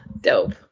Dope